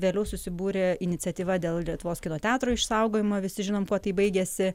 vėliau susibūrė iniciatyva dėl lietuvos kino teatro išsaugojimo visi žinom kuo tai baigėsi